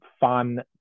fun